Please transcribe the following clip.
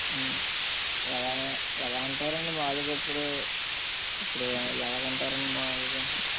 ఉ ఎలగా ఎలా అంటారు అండి మామూలుగా ఇప్పుడు ఎలాగా అంటారు అండి మామూలుగా